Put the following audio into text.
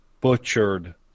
butchered